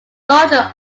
larger